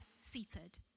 seated